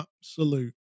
absolute